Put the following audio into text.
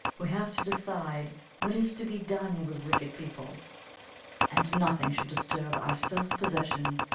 we have to decide what is to be done with wicked people and nothing should disturb our self possession.